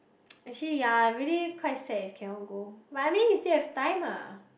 actually ya really quite sad eh if cannot go but I mean you still have time ah